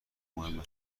مهم